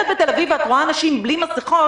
בתל-אביב ואת רואה אנשים בלי מסיכות